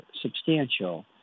substantial